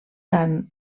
tant